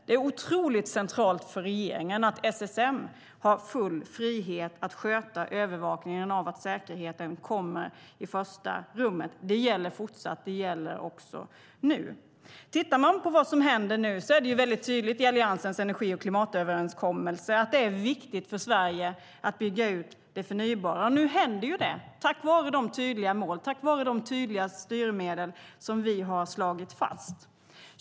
Det är otroligt centralt för regeringen att SSM har full frihet att sköta övervakningen av att säkerheten kommer i första rummet. Det gäller nu, och det gäller i fortsättningen. Tittar man på vad som händer nu är det tydligt i Alliansens energi och klimatöverenskommelse att det är viktigt för Sverige att bygga ut det förnybara. Nu händer det, tack vare de tydliga mål och styrmedel som vi har slagit fast.